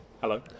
Hello